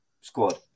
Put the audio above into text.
squad